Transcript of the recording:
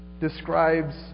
describes